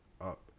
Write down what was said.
up